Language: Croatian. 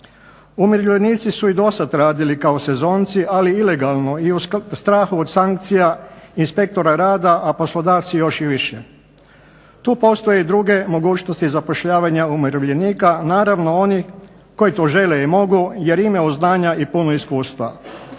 Umirovljenici su i dosad radili kao sezonci, ali ilegalno i u strahu od sankcija inspektora rada, a poslodavci još i više. Tu postoje i druge mogućnosti zapošljavanja umirovljenika naravno onih koji to žele i mogu jer imaju znanja i puno iskustva.